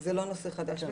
זה לא נושא חדש.